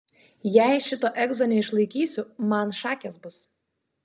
jei šito egzo neišlaikysiu man šakės bus